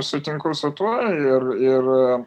sutinku su tuo ir ir